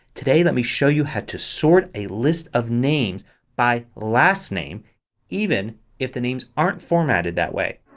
today let me show you how to sort a list of names by last name even if the names aren't formatted that way.